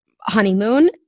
honeymoon